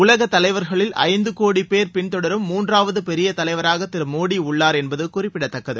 உலக தலைவர்களில் ஐந்து கோடி பேர் பின்தொடரும் மூன்றாவது பெரிய தலைவராக திரு மோடி உள்ளார் என்பது குறிப்பிடத்தக்கது